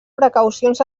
precaucions